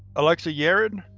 alexey yarin,